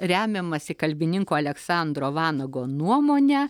remiamasi kalbininkų aleksandro vanago nuomone